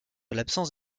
l’absence